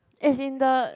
as in the